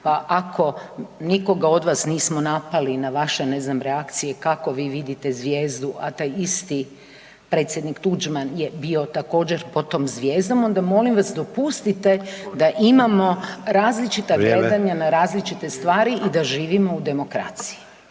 ako nikoga od vas nismo našali, na vaše, ne znam, reakcije, kako vi vidite zvijezdu, a taj isti predsjednik Tuđman je bio također, pod tom zvijezdom, onda molim vas, dopustite da imamo različita .../Upadica: Vrijeme./... gledanja na različite stvari i da živimo u demokraciji,